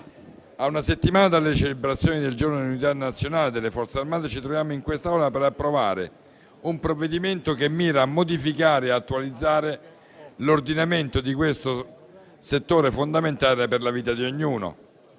A una settimana dalle celebrazioni del Giorno dell'Unità nazionale e delle Forze armate ci troviamo in quest'Aula per approvare un provvedimento che mira a modificare e attualizzare l'ordinamento di questo settore fondamentale per la vita di ognuno.